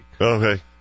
Okay